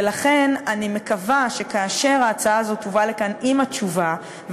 ולכן אני מקווה שכאשר ההצעה הזאת תובא לכאן עם התשובה,